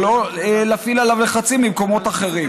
אבל לא להפעיל עליו לחצים במקומות אחרים,